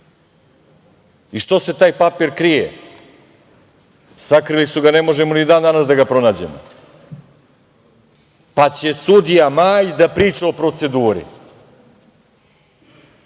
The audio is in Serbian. I što se taj papir krije? Sakrili su ga, ne možemo ni dan danas da ga pronađemo, pa će sudija Majić da priča o proceduri. Dalje,